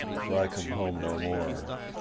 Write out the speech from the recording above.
for i come home no more.